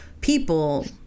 people